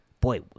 boy